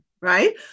right